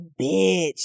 bitch